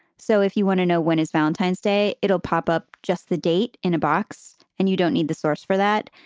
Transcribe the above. so if you want to know when is valentine's day, it'll pop up just the date in a box and you don't need the source for that.